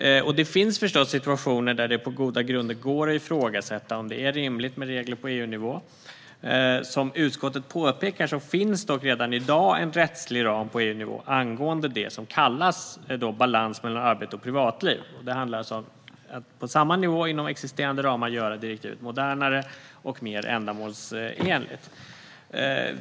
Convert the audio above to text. Det finns förstås situationer då det på goda grunder går att ifrågasätta om det är rimligt med regler på EU-nivå. Som utskottet påpekar finns det dock redan i dag en rättslig ram på EU-nivå angående det som kallas balans mellan arbete och privatliv. Det handlar om att på samma nivå inom existerande ramar göra direktivet modernare och mer ändamålsenligt.